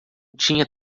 tinha